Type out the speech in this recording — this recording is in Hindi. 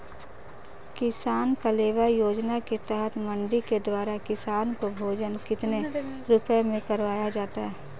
किसान कलेवा योजना के तहत मंडी के द्वारा किसान को भोजन कितने रुपए में करवाया जाता है?